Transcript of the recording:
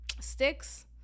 sticks